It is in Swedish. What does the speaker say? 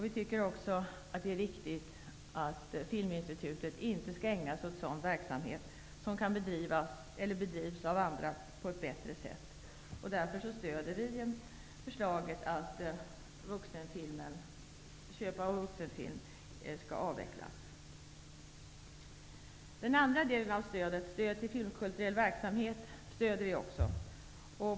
Vi tycker att det är riktigt att Filminstitutet inte skall ägna sig åt sådan verksamhet som kan bedrivas av andra på ett bättre sätt. Därför stöder vi förslaget att köp av vuxenfilm skall avvecklas. Vi tillstyrker också den andra delen av stödet, nämligen stöd till filmkulturell verksamhet.